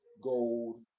gold